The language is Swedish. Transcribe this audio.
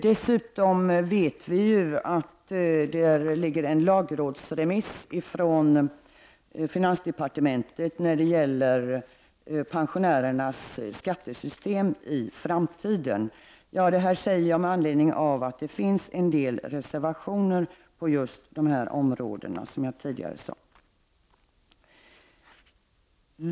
Dessutom vet vi att det ligger en lagrådsremiss från finansdepartementet när det gäller pensionärernas skattesystem i framtiden. Detta säger jag alltså med anledning av att det finns reservationer inom just detta område.